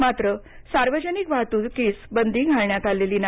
मात्र सार्वजनिक वाहतुकीस बंदी घालण्यात आलेली नाही